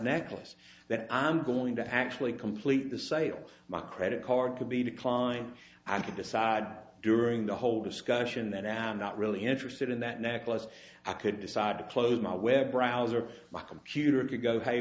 necklace that i'm going to actually complete the sale my credit card could be declined i could decide during the whole discussion that i am not really interested in that necklace i could decide to close my web browser my computer could go h